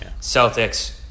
Celtics